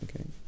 okay